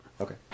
Okay